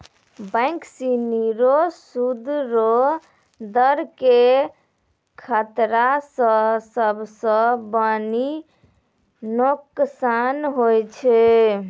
bank सिनी रो सूद रो दर के खतरा स सबसं बेसी नोकसान होय छै